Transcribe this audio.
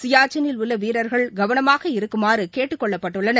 சியாச்சனில் உள்ள வீரர்கள் கவனமாக இருக்குமாறு கேட்டுக் கொள்ளப்பட்டுள்ளனர்